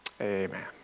amen